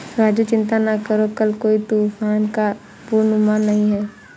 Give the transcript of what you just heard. राजू चिंता ना करो कल कोई तूफान का पूर्वानुमान नहीं है